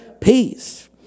Peace